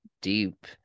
deep